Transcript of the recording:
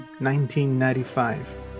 1995